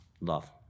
love